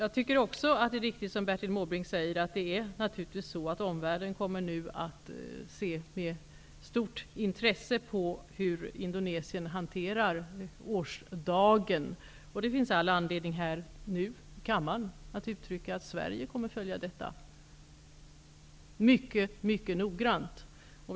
Det är naturligtvis så, som Bertil Måbrink säger, att omvärlden nu kommer att se med stort intresse på hur Indonesien hanterar årsdagen. Det finns all anledning att här och nu i kammaren uttrycka att Sverige kommer att följa detta mycket noggrant.